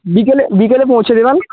বিকেলে বিকেলে পৌঁছে দেবেন